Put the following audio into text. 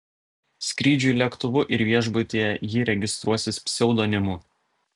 skrydžiui lėktuvu ir viešbutyje ji registruosis pseudonimu